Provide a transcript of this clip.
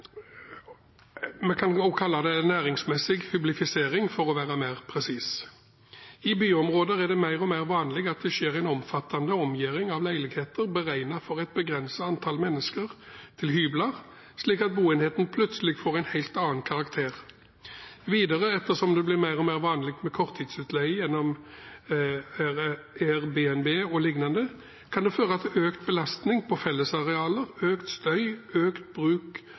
kan også kalle det næringsmessig hyblifisering, for å være mer presis. I byområder er det mer og mer vanlig at det skjer en omfattende omgjøring av leiligheter beregnet for et begrenset antall mennesker, til hybler, slik at boenheten plutselig får en helt annen karakter. Videre, ettersom det blir mer og mer vanlig med korttidsutleie gjennom Airbnb og lignende, kan dette føre til økt belastning på fellesarealer, økt støy, økt